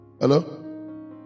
Hello